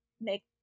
make